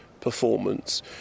performance